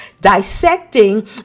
dissecting